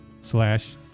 slash